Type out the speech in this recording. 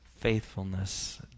faithfulness